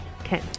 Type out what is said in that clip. Okay